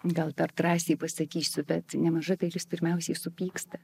gal per drąsiai pasakysiu bet nemaža dalis pirmiausiai supyksta